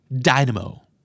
dynamo